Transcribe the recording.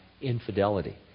infidelity